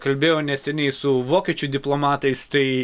kalbėjau neseniai su vokiečių diplomatais tai